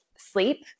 sleep